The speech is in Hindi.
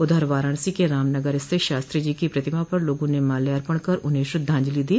उधर वाराणसी के रामनगर स्थित शास्त्री जी को प्रतिमा पर लोगों ने माल्यापण कर उन्हें श्रद्धांजलि दी